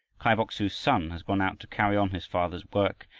kai bok-su's son has gone out to carry on his father's work,